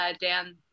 Dan